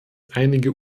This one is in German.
einige